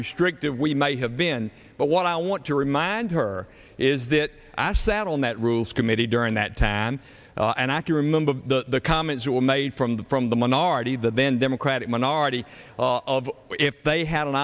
restrictive we may have been but what i want to remind her is that i sat on that rules committee during that time and i q remember the comments that were made from the from the minority that then democratic minority of if they had an